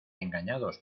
engañados